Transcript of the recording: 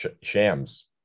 Shams